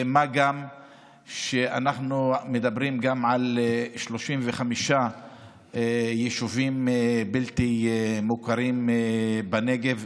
מה גם שאנחנו מדברים על 35 יישובים בלתי מוכרים בנגב.